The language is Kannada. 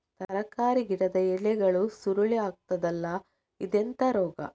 ತರಕಾರಿ ಗಿಡದ ಎಲೆಗಳು ಸುರುಳಿ ಆಗ್ತದಲ್ಲ, ಇದೆಂತ ರೋಗ?